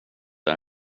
det